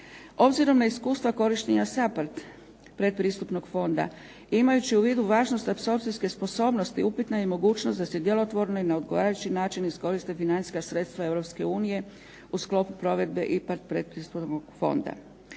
Obzirom na iskustva korištenja SAPARD pretpristupnog fonda imajući u vidu važnost apsorpcijske sposobnosti upitna je mogućnost da se djelotvorno i na odgovarajući način iskoriste financijska sredstva Europske unije u sklopu provedbe IPA pretpristupnog fonda.